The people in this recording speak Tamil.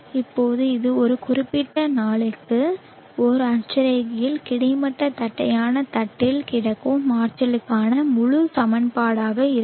இப்போது இது ஒரு குறிப்பிட்ட நாளுக்கு ஒரு அட்சரேகையில் கிடைமட்ட தட்டையான தட்டில் கிடைக்கும் ஆற்றலுக்கான முழு சமன்பாடாக இருக்கும்